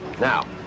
Now